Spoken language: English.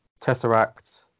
Tesseract